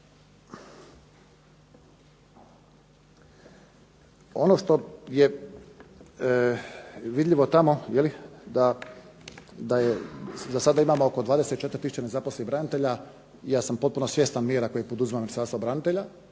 Ono što je vidljivo tamo da za sada imamo oko 24000 nezaposlenih branitelja. I ja sam potpuno svjestan mjera koje poduzima Ministarstvo branitelja